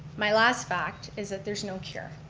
my last fact is that there's no cure.